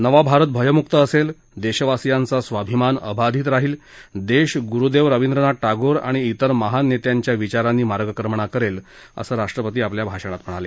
नवा भारत भयमुक्त असेल देशवासीयांचा स्वाभिमान अबाधित राहील देश गुरुदेव रवींद्रनाथ टागोर आणि तिर महान नेत्यांच्या विचारांनी मार्गक्रमणा करेल असं राष्ट्रपती आपल्या भाषणात म्हणाले